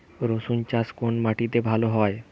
রুসুন চাষ কোন মাটিতে ভালো হয়?